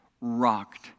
rocked